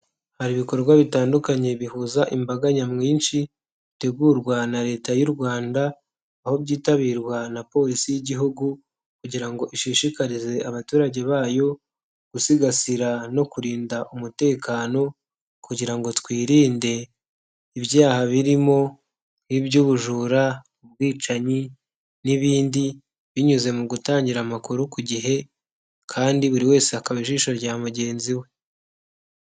Hari ibikorwa bitandukanye bihuza imbaga nyamwinshi, bitegurwa na leta y'u rwanda, aho byitabirwa na polisi y'igihugu, kugira ngo ishishikarize abaturage bayo, gusigasira no kurinda umutekano, kugira ngo twirinde ibyayaha birimo iby'ubujura, ubwicanyi n'ibindi, binyuze mu gutangira amakuru ku gihe, kandi buri wese akaba ijisho rya mugenzi we.